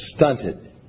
Stunted